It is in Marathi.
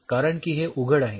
कारण की हे उघड आहे